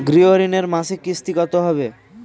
গৃহ ঋণের মাসিক কিস্তি কত হবে?